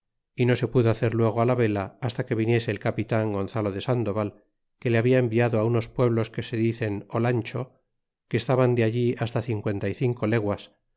y no se pudo hacer luego la vela hasta que viniese el capitan gonzalo de sandoval que le habia enviado unos pueblos que se dicen olancho que estaban de alli hasta cincuenta y cinco leguas